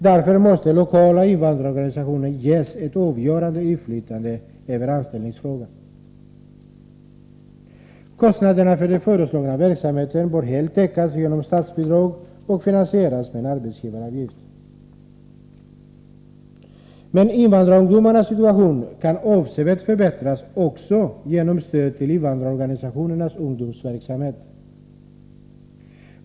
Därför måste lokala invandrarorganisationer ges ett avgörande inflytande över anställningsfrågorna. Kostnaderna för den föreslagna verksamheten bör helt täckas genom statsbidrag och finansieras med en arbetsgivaravgift. Men invandrarungdomarnas situation kan avsevärt förbättras också genom stöd till invandrarorganisationernas ungdomsverksamhet.